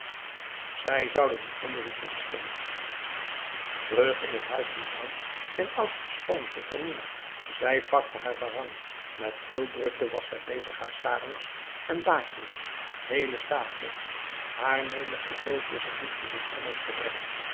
zij zouden een onderzoek instellen terug in t huis vond bram zijn oudste schoonzuster minah zij pakte haar barang met veel drukte was zij bezig haar sarongs en baadjes heele stapels haar menigte doosjes en doekjes in trommels te bergen